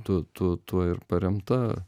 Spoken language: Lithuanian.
tu tu tuo ir paremta